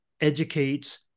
educates